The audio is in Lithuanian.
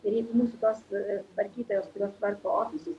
ir jeigu mūsų tos tvarkytojos kurios tvarko ofisus